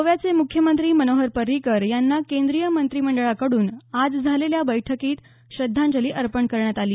गोव्याचे मुख्यमंत्री मनोहर पर्रिकर यांना केंद्रीय मंत्रिमंडळाकड्रन आज झालेल्या बैठकीत श्रद्धांजली अर्पण करण्यात आली